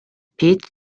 peach